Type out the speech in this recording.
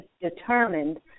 determined